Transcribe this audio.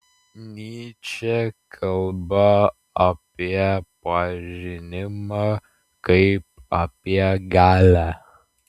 nyčė kalba apie pažinimą kaip apie galią